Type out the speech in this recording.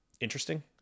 interesting